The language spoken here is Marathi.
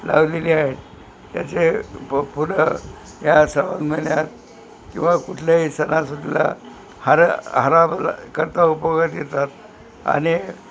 लावलेली आहेत त्याचे प फुलं या श्रावण महिन्यात किंवा कुठल्याही सणासुदीला हार हारावला करता उपयोगात येतात आणि